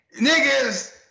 niggas